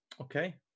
Okay